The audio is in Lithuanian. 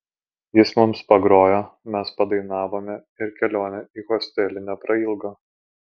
jis mums pagrojo mes padainavome ir kelionė į hostelį neprailgo